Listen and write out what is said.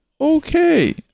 okay